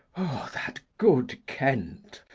that good kent!